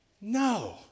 No